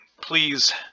please